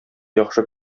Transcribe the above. яхшы